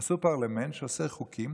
עשו פרלמנט שעושה חוקים,